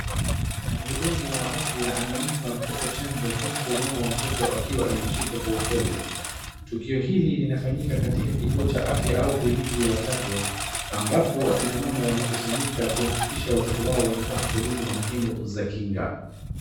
Mhudumu wa afya anampa mtoto chanjo huku mama wa mtoto akiwa amemshika kwa upole. Tukio hili linafanyika katika kituo cha afya au kliniki ya watoto, ambapo akina mama wamekusanyika kuhakikisha watoto wao wanapata huduma muhimu za kinga.